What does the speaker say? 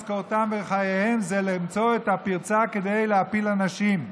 משכורתם וחייהם הם למצוא את הפרצה כדי להפיל אנשים.